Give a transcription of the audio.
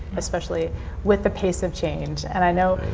especially with the pace of change and i know,